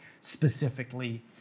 specifically